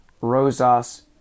Rosas